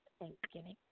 Thanksgiving